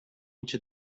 into